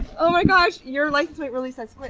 ohmygosh, your license plate really says squids.